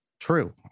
True